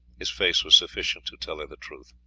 his face was sufficient to tell her the truth.